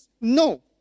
no